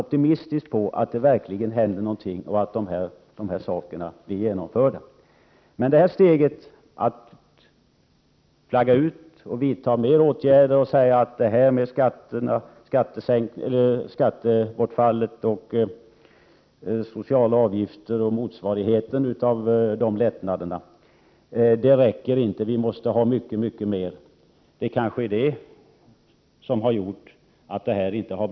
Det gäller då sådana som går i någon form av linjetrafik på Sverige. Man ser alltså optimistiskt på att det verkligen skall hända någonting i och med att föreslagna åtgärder blir genomförda. Ni talar om att det behövs mer än de åtgärder som regeringen har föreslagit — exempelvis minskad skatt och sociala avgifter.